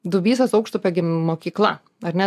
dubysos aukštupio mokykla ar ne